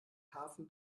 hafen